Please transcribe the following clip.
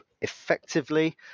effectively